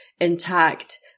intact